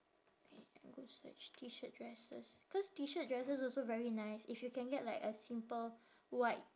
wait I go search T shirt dresses cause T shirt dresses also very nice if you can get like a simple white